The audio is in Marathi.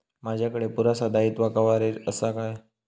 माजाकडे पुरासा दाईत्वा कव्हारेज असा काय?